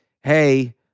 Hey